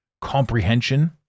comprehension